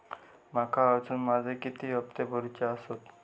माका अजून माझे किती हप्ते भरूचे आसत?